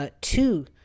Two